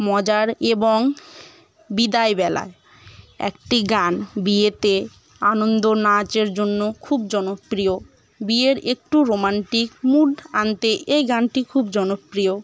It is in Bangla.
মজার এবং বিদায়বেলায় একটি গান বিয়েতে আনন্দ নাচের জন্য খুব জনপ্রিয় বিয়ের একটু রোমান্টিক মুড আনতে এই গানটি খুব জনপ্রিয়